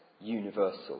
universal